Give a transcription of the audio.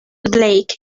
blake